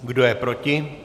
Kdo je proti?